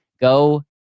go